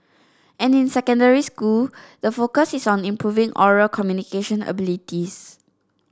and in secondary school the focus is on improving oral communication abilities